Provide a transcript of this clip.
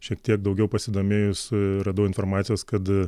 šiek tiek daugiau pasidomėjus radau informacijos kad